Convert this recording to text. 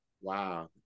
wow